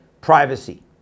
privacy